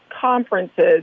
conferences